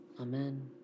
Amen